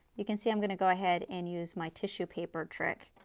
you can see, i am going to go ahead and use my tissue paper trick.